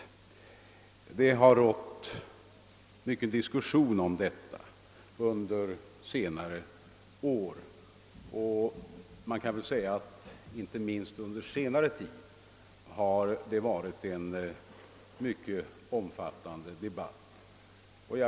Under senare år har det förts många diskussioner om den saken, och debatten därom har inte minst under den allra senaste tiden varit omfattande.